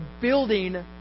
building